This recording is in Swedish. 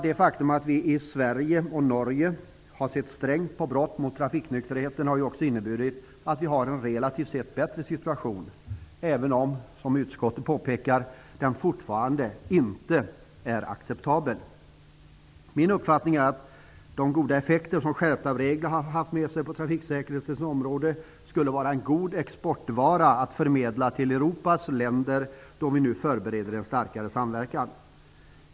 Det faktum att vi i Sverige och Norge har sett strängt på brott mot trafiknykterheten har ju också inneburit att vi här har en relativt sett bättre situation, även om, som man i utskottet påpekar, den fortfarande inte är acceptabel. Min uppfattning är att skärpta regler på trafiksäkerhetens område med tanke på de goda effekter detta har haft skulle vara en en god exportvara att förmedla till Europas länder, då vi nu förbereder en starkare samverkan.